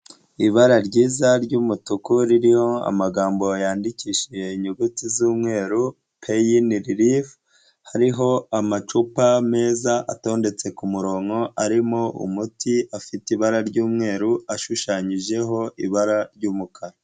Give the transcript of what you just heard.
Ibara ryiza ry'umutuku ririho amagambo yandikishije inyuguti z'umweru, Pain Relief, hariho amacupa meza atondetse ku murongo, arimo umuti, afite ibara ry'umweru, ashushanyijeho ibara ry'umukara.